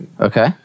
Okay